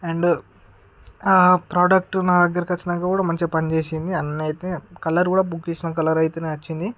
and ఆ product నా దగ్గరికి వచ్చినాంకా కూడా బాగా మంచిగా పనిచేసింది అన్ని అయితే కలర్ కూడా నేను బుక్ చేసిన కలరైతే వచ్చింది